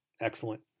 Excellent